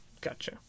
gotcha